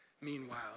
Meanwhile